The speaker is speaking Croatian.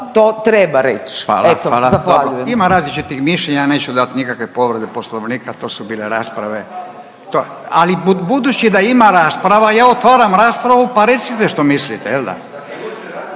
(Nezavisni)** Hvala, hvala. Ima različitih mišljenja, neću dati nikakve povrede Poslovnika to su bile rasprave, ali budući da ima rasprava ja otvaram raspravu pa recite što mislite jel da.